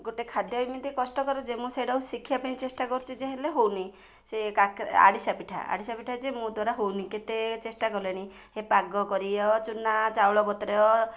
ଗୋଟେ ଖାଦ୍ୟ ଏମିତି କଷ୍ଟକର ଯେ ମୁଁ ସେଇଟାକୁ ଶିଖିବା ପାଇଁ ଚେଷ୍ଟ କରୁଛି ଯେ ହେଲେ ହଉନି ସେ କା ଆରିଶା ପିଠା ଆରିଶା ପିଠା ଯେ ମୋ ଦ୍ୱାରା ହଉନି କେତେ ଚେଷ୍ଟା କଲିଣି ହେ ପାଗ କରିବ ଚୁନା ଚାଉଳ ବତୁରୟ